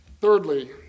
Thirdly